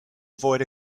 avoid